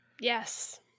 Yes